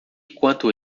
quanto